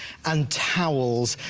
and tells.